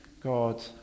God